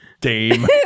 dame